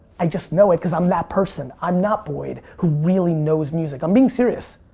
i just know it cause i'm that person. i'm not boyd who really knows music. i'm being serious.